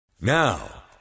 Now